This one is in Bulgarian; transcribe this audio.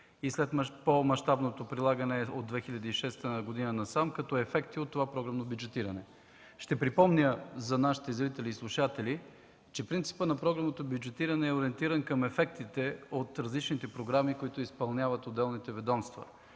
и след по-мащабното прилагане от 2006 г. насам, като ефекти от това програмно бюджетиране? Ще припомня за нашите зрители и слушатели, че принципът на програмното бюджетиране е ориентиране към ефектите от различните програми, които изпълняват отделните ведомства.